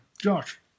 Josh